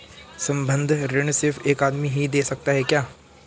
संबंद्ध ऋण सिर्फ एक आदमी ही दे सकता है क्या?